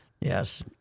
Yes